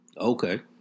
okay